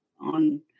on